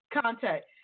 contact